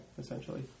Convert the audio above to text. essentially